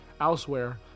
Elsewhere